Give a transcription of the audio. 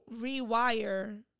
rewire